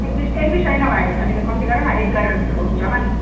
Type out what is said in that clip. एक बिस एक बिस होइन भाइ अलिकति कम्ती गर न एक गरेर त हुन्छ होला नि